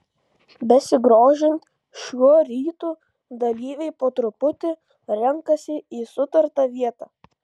besigrožint šiuo rytu dalyviai po truputį renkasi į sutartą vietą